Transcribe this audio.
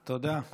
תודה.